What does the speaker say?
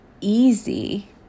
easy